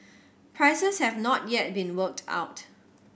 prices have not yet been worked out